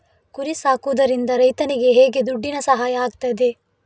ಕುರಿ ಸಾಕುವುದರಿಂದ ರೈತರಿಗೆ ಹೇಗೆ ದುಡ್ಡಿನ ಸಹಾಯ ಆಗ್ತದೆ?